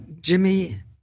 Jimmy